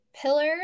Pillar